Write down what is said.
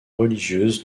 religieuses